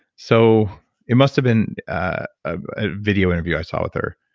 so it must've been a video interview i saw with her.